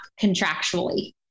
contractually